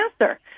answer